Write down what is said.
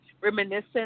reminiscent